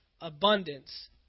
Abundance